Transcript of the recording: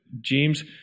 James